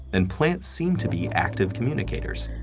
then plants seem to be active communicators.